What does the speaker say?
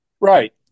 Right